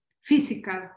physical